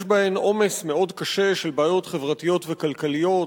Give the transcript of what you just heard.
יש בהן עומס מאוד קשה של בעיות חברתיות וכלכליות,